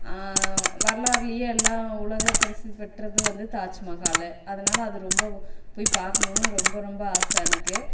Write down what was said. வரலாறுலேயே எல்லாம் உலக பிரசித்தி பெற்றது வந்து தாஜ்மஹால் அதனால அது ரொம்பவும் போய் பார்க்கணுன்னு ரொம்ப ரொம்ப ஆசை எனக்கு